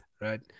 Right